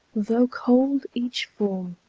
though cold each form,